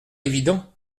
évident